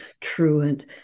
truant